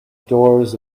doors